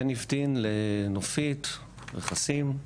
בין איבטין לנופית, רכסים.